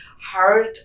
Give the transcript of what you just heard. hard